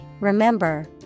remember